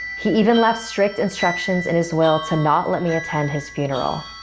he even left strict instructions in his will to not let me attend his funeral.